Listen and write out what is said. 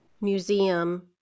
museum